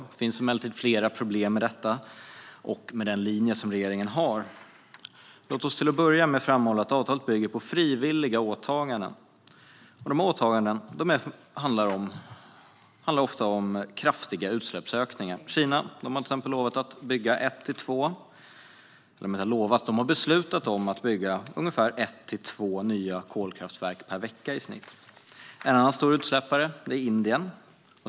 Det finns emellertid flera problem med avtalet och med regeringens linje. Låt oss till att börja med framhålla att avtalet bygger på frivilliga åtaganden som för många länder handlar om kraftiga utsläppsökningar. Kina har till exempel beslutat att bygga i genomsnitt ett till två nya kolkraftverk per vecka. En annan stor utsläppare är Indien.